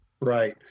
right